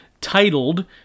titled